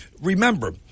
Remember